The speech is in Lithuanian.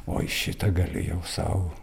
o į šitą galėjau sau